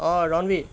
অঁ ৰণবীৰ